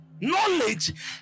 knowledge